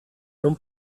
non